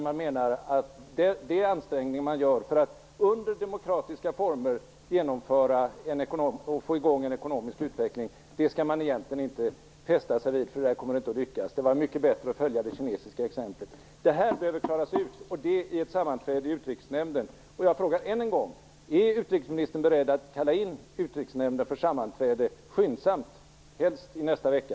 Innebörden är att de ansträngningar som där görs för att under demokratiska former genomföra och få i gång en ekonomisk utveckling skall man egentligen inte fästa sig vid, därför att det kommer inte att lyckas och det vore mycket bättre att följa det kinesiska exemplet. Detta behöver klaras ut och det i ett sammanträde i Utrikesnämnden. Jag frågar än en gång: Är utrikesministern beredd att kalla in Utrikesnämnden för sammanträde skyndsamt, helst i nästa vecka?